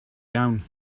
iawn